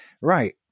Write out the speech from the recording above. right